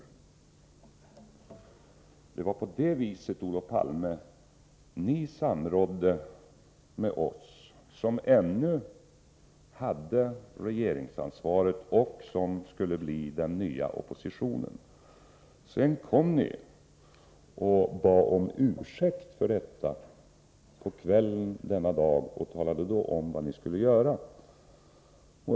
Det var på det viset, Olof Palme, som ni samrådde med oss, som ännu hade regeringsansvaret och som skulle bli den nya oppositionen. På kvällen den dagen kom ni och bad om ursäkt för detta och talade då om vad ni skulle göra.